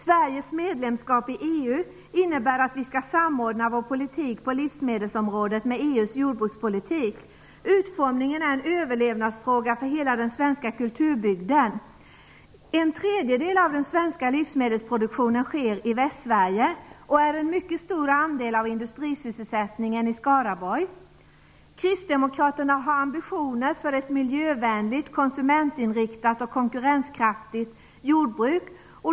Sveriges medlemskap i EU innebär att vi skall samordna vår politik på livsmedelsområdet med EU:s jordbrukspolitik. Utformningen är en överlevnadsfråga för hela den svenska kulturbygden. En tredjedel av den svenska livsmedelsproduktionen sker i Västsverige, och den utgör en mycket stor andel av industrisysselsättningen i Skaraborg. Kristdemokraterna har ambitionen att skapa ett miljövänligt, konsumentinriktat och konkurrenskraftigt jordbruk.